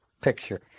picture